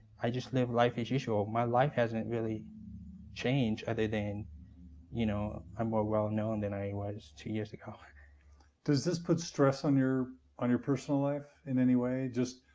i just live life as usual. my life hasn't really changed other than you know i'm more well-known than i was two years ago. john does this put stress on your on your personal life in any way?